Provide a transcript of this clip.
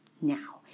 Now